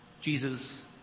Jesus